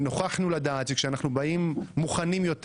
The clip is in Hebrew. אם נוכחנו לדעת שכשאנחנו באים מוכנים יותר